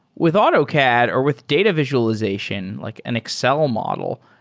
with autocad or with data visualization like an excel model,